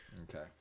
Okay